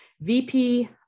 VP